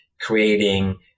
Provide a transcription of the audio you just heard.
creating